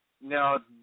now